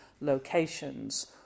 locations